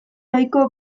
ohiko